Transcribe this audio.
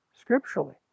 scripturally